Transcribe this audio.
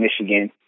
Michigan